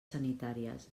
sanitàries